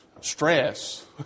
stress